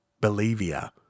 Bolivia